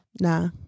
Nah